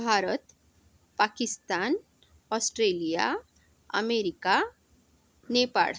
Bharat Pakistan Australia America Nepal